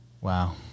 Wow